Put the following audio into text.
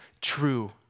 true